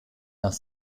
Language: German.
nach